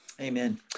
Amen